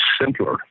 simpler